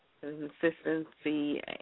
Consistency